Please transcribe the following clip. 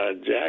Jack